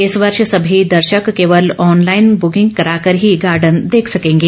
इस वर्ष सभी दर्शक केवल ईऑनलाइन ब्रुकिंग कराकर ही गार्डन देख सकेंगे